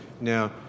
Now